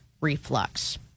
reflux